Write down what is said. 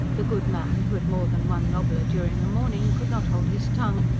the good man, who had more than one nobbler during the morning could not hold his tongue,